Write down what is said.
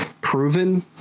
proven